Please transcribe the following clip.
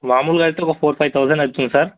మామూలుగా అయితే ఒక ఫోర్ ఫైవ్ తౌజండ్ అవుతుంది సార్